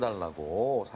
ah level,